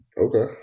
Okay